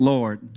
Lord